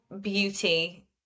beauty